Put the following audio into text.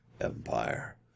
Empire